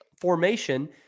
formation